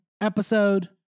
episode